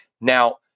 Now